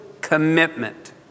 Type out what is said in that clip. commitment